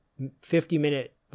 50-minute